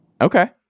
Okay